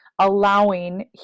allowing